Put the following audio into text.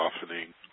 softening